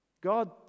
God